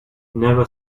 never